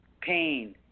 Pain